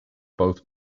both